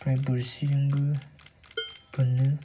ओमफ्राय बोरसिजोंबो बोननो